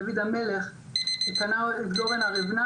דוד המלך קנה את גורן ארונה,